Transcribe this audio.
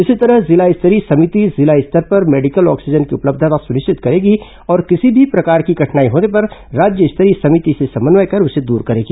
इसी तरह जिला स्तरीय समिति जिला स्तर पर मेडिकल ऑक्सीजन की उपलब्धता सुनिश्चित करेगी और किसी प्रकार की कठिनाई होने पर राज्य स्तरीय समिति से समन्वय कर उसे दूर करेगी